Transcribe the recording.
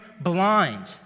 blind